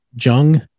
Jung